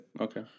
okay